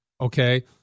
Okay